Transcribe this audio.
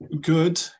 good